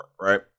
Right